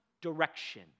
direction